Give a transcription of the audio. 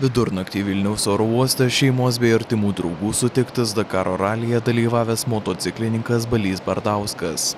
vidurnaktį vilniaus oro uoste šeimos bei artimų draugų sutiktas dakaro ralyje dalyvavęs motociklininkas balys bardauskas